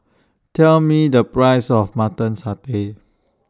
Tell Me The Price of Mutton Satay